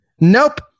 nope